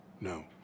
no